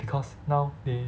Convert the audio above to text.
because now they